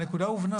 הנקודה הובנה.